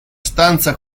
stanza